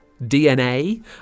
DNA